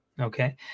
okay